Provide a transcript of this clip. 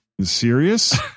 serious